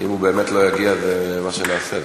אם הוא באמת לא יגיע, זה מה שנעשה.